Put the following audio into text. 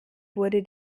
wurde